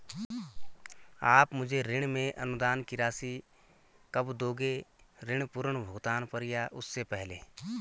आप मुझे ऋण में अनुदान की राशि कब दोगे ऋण पूर्ण भुगतान पर या उससे पहले?